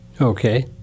Okay